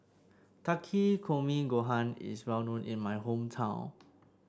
Takikomi Gohan is well known in my hometown